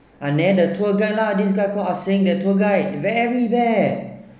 ah [neh] the then tour guide lah this guy called Ah sing the tour guide very bad